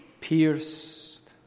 pierced